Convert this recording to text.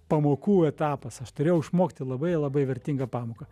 pamokų etapas aš turėjau išmokti labai labai vertingą pamoką